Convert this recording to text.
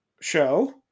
show